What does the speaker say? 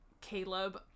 Caleb